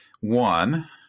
One